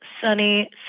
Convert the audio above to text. sunny